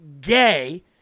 gay